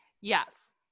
yes